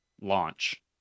launch